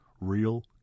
Real